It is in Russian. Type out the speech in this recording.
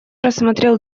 рассмотрел